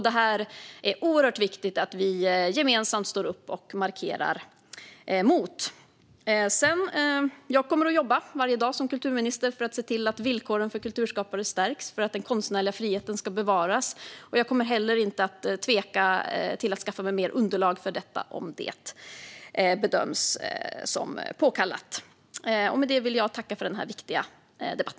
Detta är det oerhört viktigt att vi gemensamt står upp och markerar mot. Jag kommer som kulturminister att jobba varje dag för att se till att villkoren för kulturskapare stärks och att den konstnärliga friheten bevaras. Jag kommer inte att tveka att skaffa mig mer underlag för detta om det bedöms påkallat. Med det vill jag tacka för denna viktiga debatt.